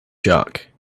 shark